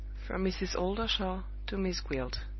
from mrs. oldershaw to miss gwilt.